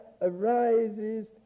arises